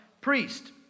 priest